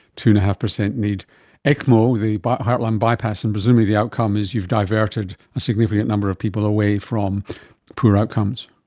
two. and five percent need ecmo, the but heart-lung bypass, and presumably the outcome is you've diverted a significant number of people away from poor outcomes.